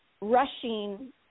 rushing